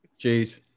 Jeez